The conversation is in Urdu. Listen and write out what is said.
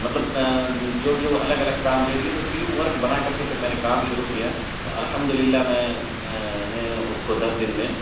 مطلب جو جو الگ الگ کام دے دیے تو ٹیم ورک بنا کر کے پھر میں نے کام شروع کیا تو الحمد للہ میں نے اس کو دس دن میں